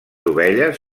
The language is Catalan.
ovelles